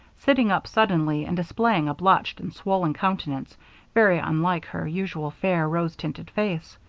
sitting up suddenly and displaying a blotched and swollen countenance very unlike her usual fair, rose-tinted face.